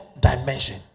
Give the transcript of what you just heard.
dimension